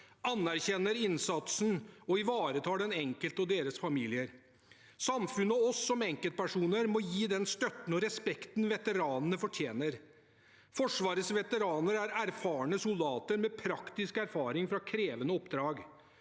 anerkjenner innsatsen og ivaretar den enkelte og deres familier. Samfunnet og vi som enkeltpersoner må gi den støtten og respekten veteranene fortjener. Forsvarets veteraner er erfarne soldater med praktisk erfaring fra krevende oppdrag.